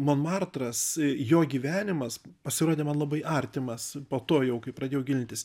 monmartras jo gyvenimas pasirodė man labai artimas po to jau kai pradėjau gilintis